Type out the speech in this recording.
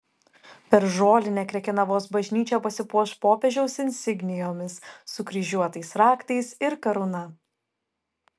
per žolinę krekenavos bažnyčia pasipuoš popiežiaus insignijomis sukryžiuotais raktais ir karūna